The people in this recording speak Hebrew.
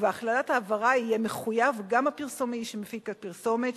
ובהכללת ההבהרה יהיה מחויב גם הפרסומאי שמפיק את הפרסומת,